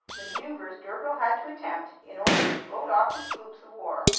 the maneuvers d'urville had to attempt in order to float off his sloops of war.